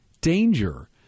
danger